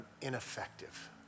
ineffective